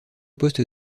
poste